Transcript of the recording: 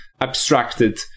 abstracted